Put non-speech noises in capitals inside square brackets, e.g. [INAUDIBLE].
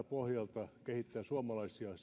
[UNINTELLIGIBLE] pohjalta kehittää suomalaisia [UNINTELLIGIBLE]